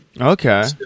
Okay